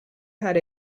had